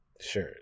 sure